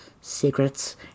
secrets